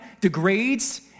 degrades